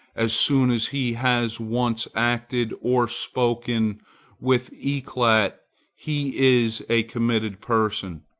as soon as he has once acted or spoken with eclat he is a committed person,